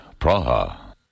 Praha